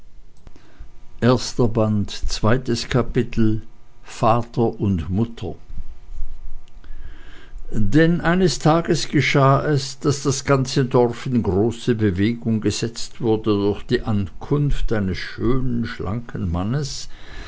zweites kapitel vater und mutter denn eines tages geschah es daß das ganze dorf in große bewegung gesetzt wurde durch die ankunft eines schönen schlanken mannes